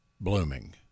blooming